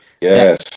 Yes